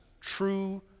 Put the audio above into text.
true